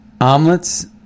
omelets